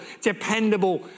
dependable